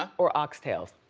or oxtails?